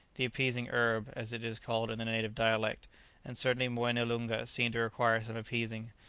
the appeasing herb, as it is called in the native dialect and certainly moene loonga seemed to require some appeasing,